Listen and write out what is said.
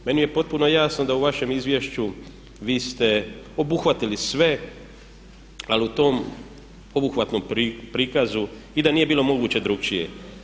Meni je potpuno jasno da u vašem izvješću vi ste obuhvatili sve, ali u tom obuhvatnom prikazu, i da nije bilo moguće drukčije.